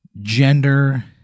gender